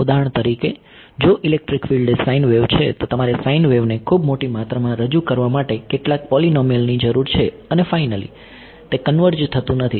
ઉદાહરણ તરીકે જો ઇલેક્ટ્રિક ફિલ્ડ એ સાઈન વેવ છે તો તમારે સાઈન વેવને ખૂબ મોટી માત્રામાં રજૂ કરવા માટે કેટલા પોલીનોમીઅલની જરૂર છે અને ફાઈનલી તે કન્વર્જ થતું નથી